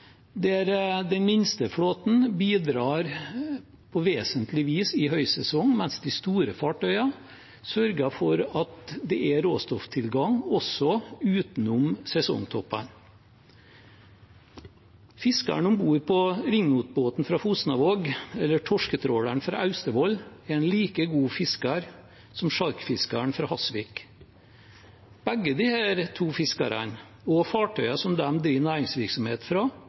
der den minste flåten bidrar på vesentlig vis i høysesong, mens de store fartøyene sørger for at det er råstofftilgang også utenom sesongtoppene. Fiskeren om bord på ringnotbåten fra Fosnavåg eller torsketråleren fra Austevoll er en like god fisker som sjarkfiskeren fra Hasvik. Begge disse fiskerne og fartøyene som de driver næringsvirksomhet fra,